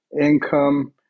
income